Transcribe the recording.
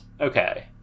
Okay